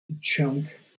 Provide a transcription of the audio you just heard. Chunk